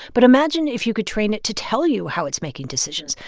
but imagine if you could train it to tell you how it's making decisions.